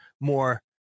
more